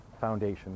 Foundation